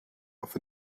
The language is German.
auf